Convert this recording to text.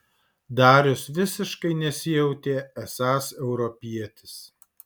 darius visiškai nesijautė esąs europietis